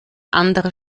andere